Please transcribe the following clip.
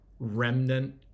Remnant